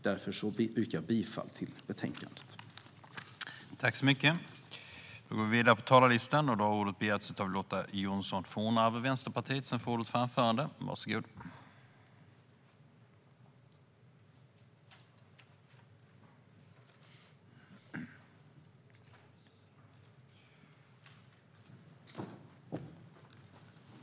Jag yrkar alltså bifall till utskottets förslag.